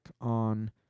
on